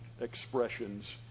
expressions